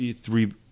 three